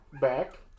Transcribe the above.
back